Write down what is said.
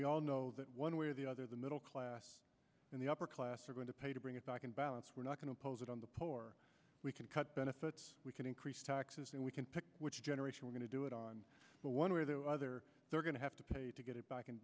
we all know that one way or the other the middle class and the upper class are going to pay to bring it back in balance we're not going to oppose it on the pole or we can cut benefits we can increase taxes and we can pick which generation we're going to do it on the one way or the other we're going to have to pay to get it back